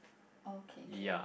oh okay okay